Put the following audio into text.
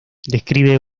describe